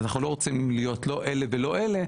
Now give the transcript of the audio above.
אנחנו לא רוצים להיות לא אלה ולא אלה,